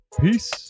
Peace